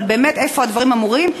באמת, איפה הדברים אמורים?